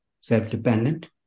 self-dependent